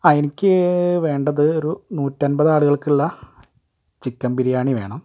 അ എനിക്ക് വേണ്ടത് ഒരു നൂറ്റമ്പത് ആളുകൾക്കുള്ള ചിക്കൻ ബിരിയാണി വേണം